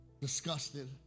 disgusted